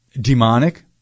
demonic